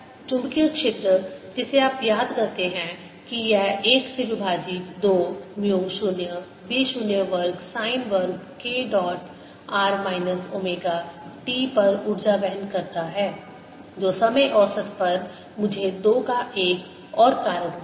चुंबकीय क्षेत्र जिसे आप याद करते हैं कि यह 1 से विभाजित दो म्यू 0 b 0 वर्ग साइन वर्ग k dot r minus omega t पर ऊर्जा वहन करता है जो समय औसत पर मुझे दो का एक और कारक देगा